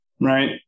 right